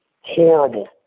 horrible